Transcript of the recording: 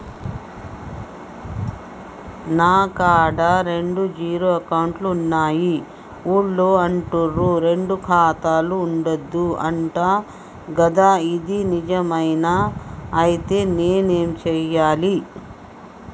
నా కాడా రెండు జీరో అకౌంట్లున్నాయి ఊళ్ళో అంటుర్రు రెండు ఖాతాలు ఉండద్దు అంట గదా ఇది నిజమేనా? ఐతే నేనేం చేయాలే?